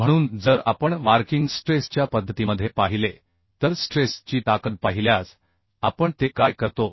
म्हणून जर आपण वार्किंग स्ट्रेस च्या पद्धतीमध्ये पाहिले तर स्ट्रेस ची ताकद पाहिल्यास आपण ते काय करतो